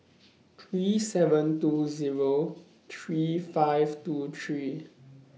three seven two Zero three five two three